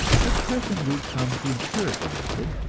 but presently comes the empirical method,